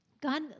God